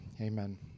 Amen